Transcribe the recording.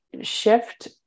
shift